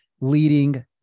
leading